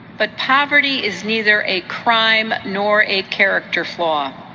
but poverty is neither a crime nor a character flaw.